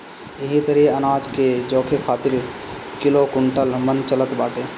एही तरही अनाज के जोखे खातिर किलो, कुंटल, मन चलत बाटे